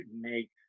make